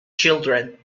children